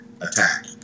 attack